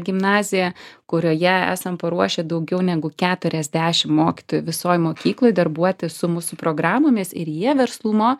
gimnaziją kurioje esam paruošę daugiau negu keturiasdešim mokytojų visoj mokykloj darbuotis su mūsų programomis ir jie verslumo